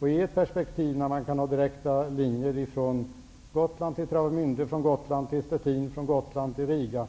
När man kan ha direkta linjer från Gotland till Travemünde, Szczecin och Riga